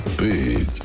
big